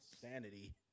Sanity